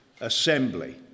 assembly